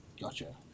Gotcha